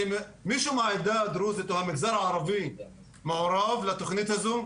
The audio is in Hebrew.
מישהו מהעדה הדרוזית או מהמגזר הערבי מעורב בתכנית הזו?